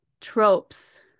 tropes